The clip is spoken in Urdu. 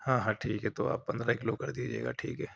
ہاں ہاں ٹھیک ہے تو آپ پندرہ کلو کر دیجیے گا ٹھیک ہے